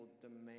demand